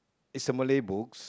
is a Malay books